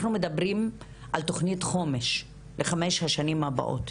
אנחנו מדברים על תוכנית חומש לחמש השנים הבאות,